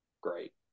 great